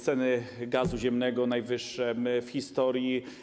Ceny gazu ziemnego - najwyższe w historii.